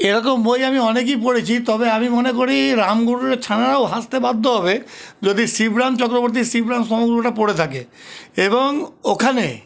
এরকম বই আমি অনেকই পড়েছি তবে আমি মনে করি রামগরুরের ছানারাও হাসতে বাধ্য হবে যদি শিবরাম চক্রবর্তীর শিবরাম সমগ্রটা পড়ে থাকে এবং ওখানে